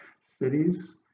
cities